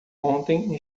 ontem